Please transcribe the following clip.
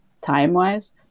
time-wise